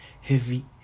heavy